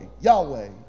Yahweh